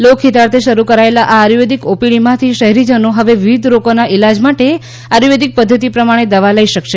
લોકહિતાર્થિ શરૂ કરાયેલાં આં આયુર્વેદીક ઓપીડી માથી શહેરીજનો હવે વિવિધ રોગોના ઇલાજ માટે આયુર્વેદીક પદ્ધતિ પ્રમાણે દવા લઈ શકશે